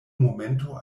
momento